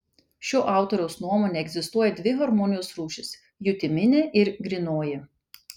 šio autoriaus nuomone egzistuoja dvi harmonijos rūšys jutiminė ir grynoji